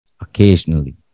Occasionally